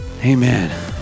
Amen